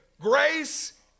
Grace